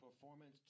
performance